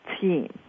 team